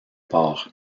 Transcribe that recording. part